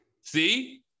See